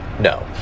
no